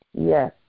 Yes